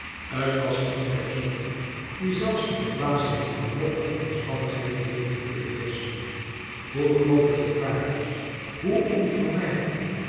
t was een derzulken die zelfs de verbazing in wanhopige omstandigheden weten te beheerschen hoe groot het gevaar was hoe onvermijdelijk